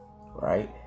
right